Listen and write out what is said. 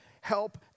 help